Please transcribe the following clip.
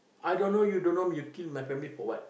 I don't know you don't know you kill my family for what